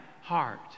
heart